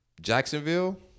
Jacksonville